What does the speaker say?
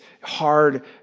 hard